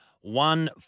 one